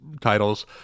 titles